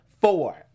four